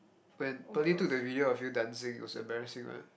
when Pearlie took the video of you dancing it was embarrassing right